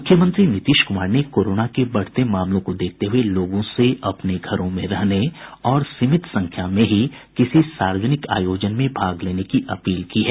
मुख्यमंत्री नीतीश कुमार ने कोरोना के बढ़ते मामलों को देखते हुए लोगों से अपने घरों में रहने और सीमित संख्या में ही किसी सार्वजनिक आयोजन में भाग लेने की अपील की है